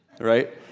right